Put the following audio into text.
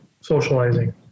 socializing